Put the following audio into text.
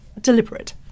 deliberate